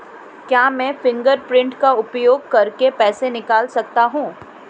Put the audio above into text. क्या मैं फ़िंगरप्रिंट का उपयोग करके पैसे निकाल सकता हूँ?